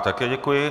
Také děkuji.